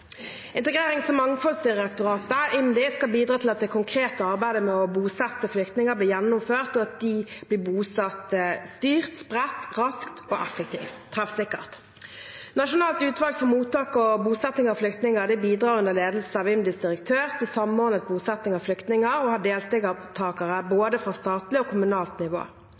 Integrerings- og mangfoldsdirektoratet, IMDi, skal bidra til at det konkrete arbeidet med å bosette flyktninger blir gjennomført, og at de blir bosatt styrt, spredt, raskt, effektivt og treffsikkert. Nasjonalt utvalg for mottak og bosetting av flyktninger bidrar under ledelse av IMDis direktør til samordnet bosetting av flyktninger og har deltakere fra både statlig og kommunalt nivå.